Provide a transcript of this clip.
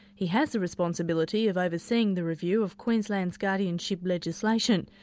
he has the responsibility of overseeing the review of queensland's guardianship legislation,